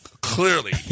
Clearly